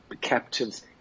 captives